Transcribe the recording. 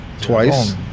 twice